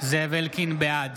בעד